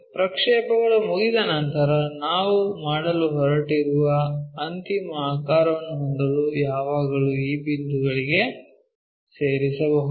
ಪ್ರಕ್ಷೇಪಗಳು ಮುಗಿದ ನಂತರ ನಾವು ಮಾಡಲು ಹೊರಟಿರುವ ಅಂತಿಮ ಆಕಾರವನ್ನು ಹೊಂದಲು ಯಾವಾಗಲೂ ಈ ಬಿಂದುಗಳಿಗೆ ಸೇರಿಸಬಹುದು